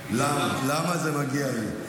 למה זה מגיע לי?